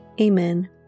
Amen